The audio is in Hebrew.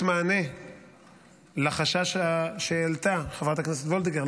מענה לחשש שהעלתה חברת הכנסת וולדיגר,